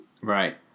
right